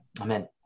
Amen